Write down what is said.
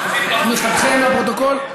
תמיכתכם לפרוטוקול?